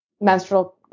menstrual